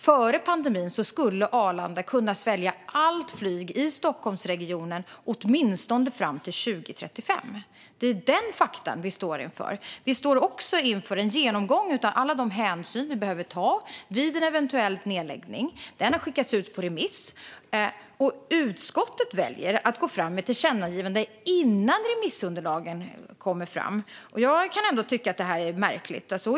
Före pandemin skulle Arlanda kunna svälja allt flyg i Stockholmsregionen åtminstone fram till 2035. Det är det faktum vi står inför. Vi står också inför en genomgång av alla de hänsyn vi behöver ta vid en eventuell nedläggning. Den har skickats ut på remiss, och utskottet väljer att gå fram med ett tillkännagivande innan remissvaren kommer. Jag kan tycka att detta är märkligt.